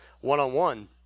one-on-one